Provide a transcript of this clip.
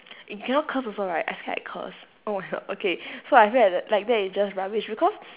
we cannot curse also right I scared I curse oh my god okay so I feel like like that is just rubbish because